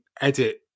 edit